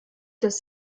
das